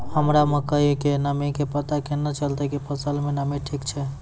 हमरा मकई के नमी के पता केना चलतै कि फसल मे नमी ठीक छै?